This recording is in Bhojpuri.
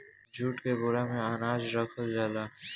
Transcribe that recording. जूट के बोरा में अनाज रखल जाला